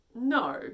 No